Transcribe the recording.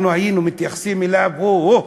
אנחנו היינו מתייחסים אליו: אוהו,